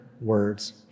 words